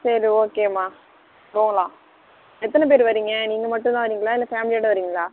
சரி ஓகேம்மா போகலாம் எத்தனை பேர் வரீங்க நீங்கள் மட்டும் தான் வரீங்களா இல்லை ஃபேமிலியோட வரீங்களா